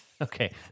okay